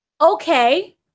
okay